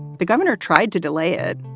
the governor tried to delay it.